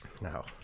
No